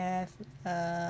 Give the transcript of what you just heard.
have a